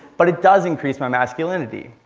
but it does increase my masculinity,